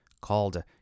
called